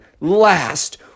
last